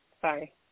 Sorry